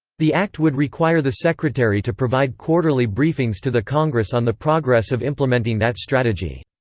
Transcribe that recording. the act would require the secretary to provide quarterly briefings to the congress on the progress of implementing that strategy.